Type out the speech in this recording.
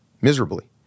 miserably